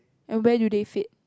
and where do they fit